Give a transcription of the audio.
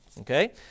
okay